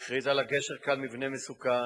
הכריז על הגשר כעל מבנה מסוכן